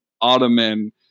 Ottoman